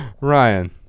Ryan